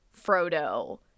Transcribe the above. Frodo